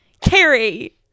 Carrie